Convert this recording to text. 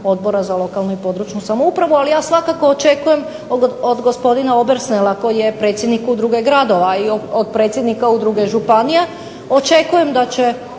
Odbora za lokalnu i područnu samoupravu, ali ja svakako očekujem od gospodina Obersnela koji je predsjednik udruge gradova i od predsjednika udruge županija očekujem da će